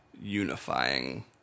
unifying